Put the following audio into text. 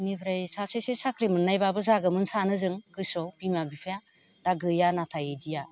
बेनिफ्राय सासेसो साख्रि मोननायबाबो जागौमोन सानो जों गोसोआव बिमा बिफाया दा गैया नाथाय बिदिया